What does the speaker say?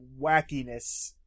wackiness